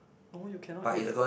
no you cannot eat leh